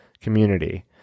community